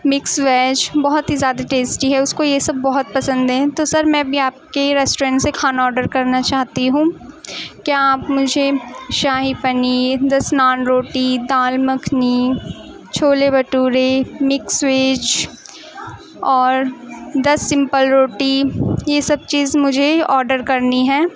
mix veg بہت ہی زیادہ ٹیسٹی ہے اس کو یہ سب بہت پسند ہیں تو سر میں بھی آپ کے ریسٹورنٹ سے کھانا آڈر کرنا چاہتی ہوں کیا آپ مجھے شاہی پنیر دس نان روٹی دال مکھنی چھولے بھٹورے مکس ویج اور دس سمپل روٹی یہ سب چیز ہی مجھے آڈر کرنی ہیں